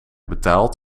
betaald